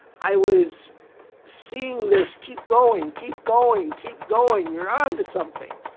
i was seeing this, keep going, keep going, keep going, you're onto something.